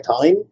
time